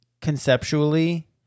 conceptually